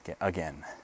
again